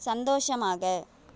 சந்தோஷமாக